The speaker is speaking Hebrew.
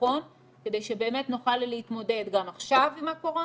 הנכון כדי שבאמת נוכל להתמודד גם עכשיו עם הקורונה,